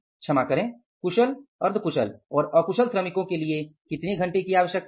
क्षमा करें कुशल अर्ध कुशल और अकुशल श्रमिको के लिए कितने घंटे की आवश्यकता है